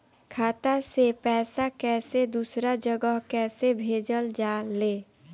खाता से पैसा कैसे दूसरा जगह कैसे भेजल जा ले?